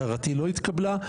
הערתי לא התקבלה,